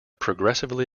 progressively